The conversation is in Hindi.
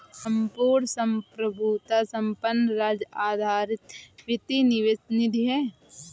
संपूर्ण संप्रभुता संपन्न राज्य आधारित वित्तीय निवेश निधि है